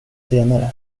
senare